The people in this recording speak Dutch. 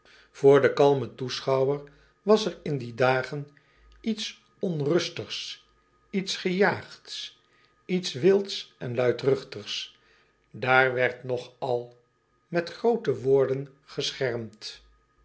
oor den kalmen toeschouwer was er in die dagen iets onrustigs iets gejaagds iets wilds en luidruchtigs aar werd nog al met groote woorden geschermd